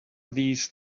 these